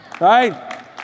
Right